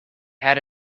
had